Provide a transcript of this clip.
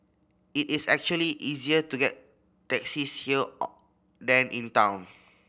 it is actually easier to get taxis here than in town